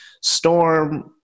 Storm